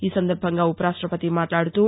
ఈ సందర్బంగా ఉప రాష్టపతి మాట్లాడుతూ